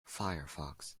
firefox